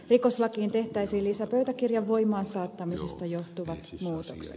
rikoslakiin tehtäisiin lisäpöytäkirjan voimaan saattamisesta johtuvat muutokset